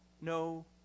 no